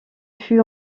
fut